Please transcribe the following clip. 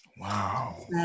Wow